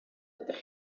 ydych